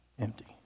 empty